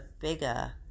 bigger